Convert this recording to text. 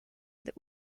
that